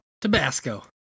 Tabasco